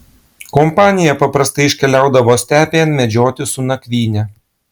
kompanija paprastai iškeliaudavo stepėn medžioti su nakvyne